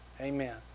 Amen